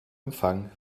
empfang